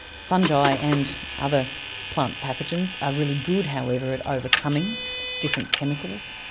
fungi and other plant pathogens are really good, however, at overcoming different chemicals.